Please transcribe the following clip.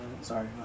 sorry